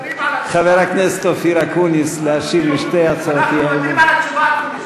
אנחנו מוותרים על התשובה.